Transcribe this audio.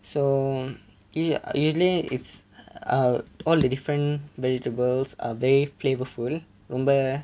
so u~ usually it's uh all the different vegetables are very flavourful ரொம்ப:romba